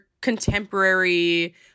contemporary